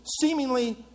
seemingly